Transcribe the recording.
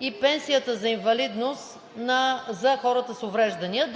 и пенсията за инвалидност на хората с увреждания.